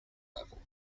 level